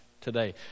today